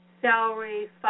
Salary